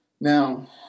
Now